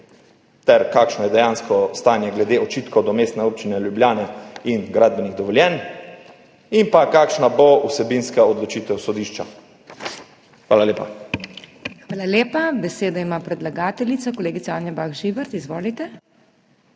ter kakšno je dejansko stanje glede očitkov do Mestne občine Ljubljana in gradbenih dovoljenj in kakšna bo vsebinska odločitev sodišča. Hvala lepa. PODPREDSEDNICA MAG. MEIRA HOT: Hvala lepa. Besedo ima predlagateljica, kolegica Anja Bah Žibert. Izvolite.